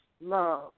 love